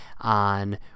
on